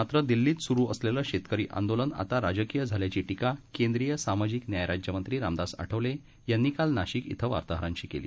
मात्र दिल्लीत सुरू असलेलं शेतकरी आंदोलन आता राजकीय झाल्याची टीका केंद्रीय सामाजिक न्याय राज्य मंत्री रामदास आठवले यांनी काल नाशिक इथं वार्ताहरांशी केली